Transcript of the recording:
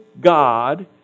God